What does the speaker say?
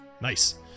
Nice